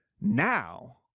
Now